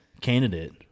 candidate